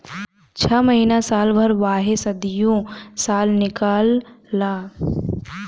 छ महीना साल भर वाहे सदीयो साल निकाल ला